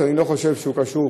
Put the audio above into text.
שאני לא חושב שהוא קשור.